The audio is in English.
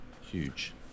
Huge